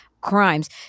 crimes